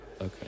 Okay